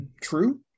True